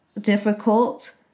difficult